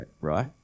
right